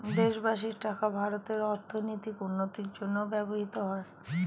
দেশবাসীর টাকা ভারতের অর্থনৈতিক উন্নতির জন্য ব্যবহৃত হয়